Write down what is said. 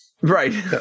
Right